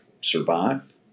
survive